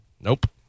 nope